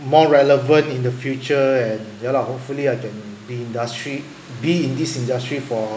more relevant in the future and ya lah hopefully I can be industry be in this industry for